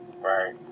Right